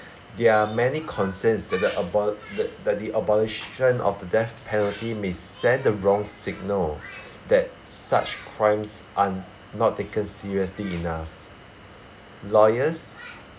there are many concerns to the about the that the abolition of the death penalty may send the wrong signal that such crimes are not taken seriously enough lawyers